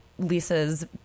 Lisa's